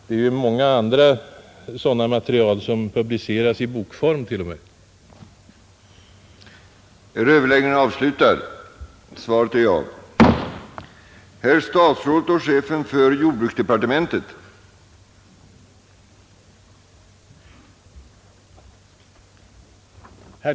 Det är mycket annat sådant material som publiceras till och med i bokform.